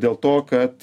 dėl to kad